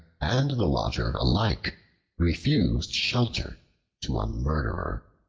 and the water alike refused shelter to a murderer.